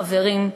חברים,